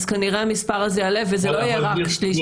אז כנראה המספר הזה יעלה וזה לא יהיה רק שני שליש.